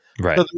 Right